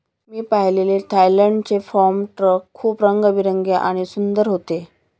मी पाहिलेले थायलंडचे farm truck खूप रंगीबेरंगी आणि सुंदर होते